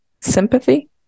sympathy